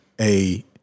a-